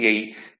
யை டி